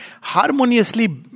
Harmoniously